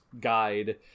guide